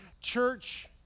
church